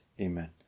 Amen